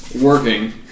working